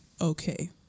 Okay